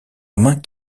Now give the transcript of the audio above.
romains